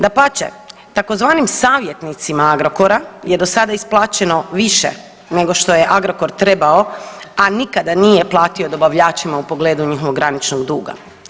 Dapače, tzv. savjetnicima Agrokora je do sada isplaćeno više nego što je Agrokor trebao a nikada nije platio dobavljačima u pogledu njihovog graničnog duga.